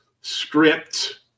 script